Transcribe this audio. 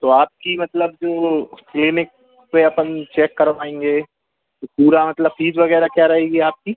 तो आपकी मतलब जो क्लीनिक पर अपन चेक करवाएँगे तो पूरा मतलब फीस वगैरह क्या रहेगी आपकी